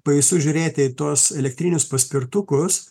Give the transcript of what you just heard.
baisu žiūrėti į tuos elektrinius paspirtukus